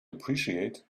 appreciate